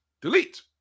delete